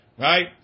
Right